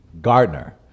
gardner